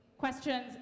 Questions